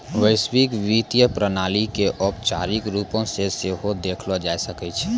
वैश्विक वित्तीय प्रणाली के औपचारिक रुपो से सेहो देखलो जाय सकै छै